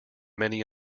many